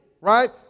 right